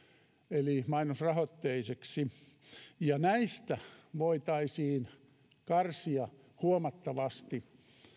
eli mainosrahoitteiseksi näistä voitaisiin karsia huomattavasti